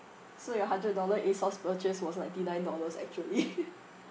so your hundred dollar ASOS purchase was ninety nine dollars actually